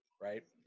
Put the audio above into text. Right